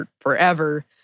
forever